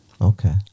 Okay